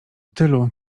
tylu